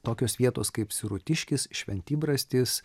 tokios vietos kaip sirutiškis šventybrastis